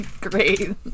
Great